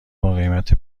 باقیمت